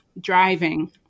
driving